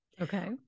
okay